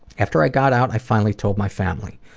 after i got out, i finally told my family.